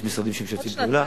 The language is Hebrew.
יש משרדים שמשתפים פעולה.